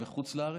בחוץ לארץ,